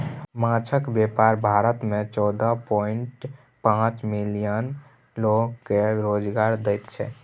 माछक बेपार भारत मे चौदह पांइट पाँच मिलियन लोक केँ रोजगार दैत छै